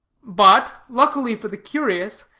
but, luckily for the curious,